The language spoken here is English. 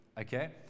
Okay